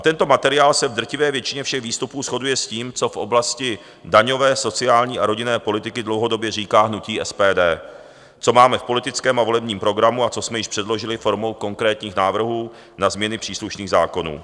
Tento materiál se v drtivé většině všech výstupů shoduje s tím, co v oblasti daňové, sociální a rodinné politiky dlouhodobě říká hnutí SPD, co máme v politickém a volebním programu a co jsme již předložili formou konkrétních návrhů na změny příslušných zákonů.